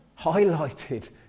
highlighted